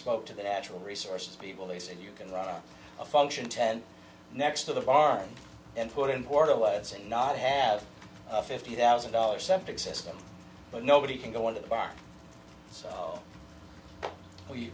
spoke to the natural resources people they said you can run a function ten next to the bar and put in portal lights and not have a fifty thousand dollars septic system but nobody can go in the dark so we